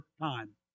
time